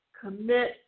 commit